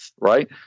right